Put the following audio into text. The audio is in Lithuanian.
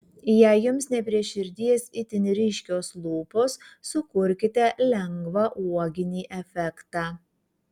jei jums ne prie širdies itin ryškios lūpos sukurkite lengvą uoginį efektą